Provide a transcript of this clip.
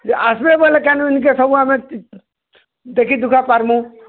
ଯେ ଆସ୍ବେ ବୋଇଲେ କେନ ଇନ୍କେ ସବୁ ଆମେ ଦେଖିଦୁଖାପାର୍ମୁଁ